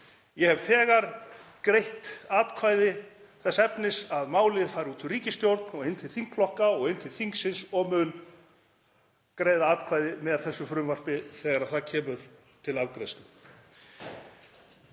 Ég hef þegar greitt atkvæði þess efnis að málið fari út úr ríkisstjórn og inn til þingflokka og inn til þingsins og mun greiða atkvæði með þessu frumvarpi þegar það kemur til afgreiðslu.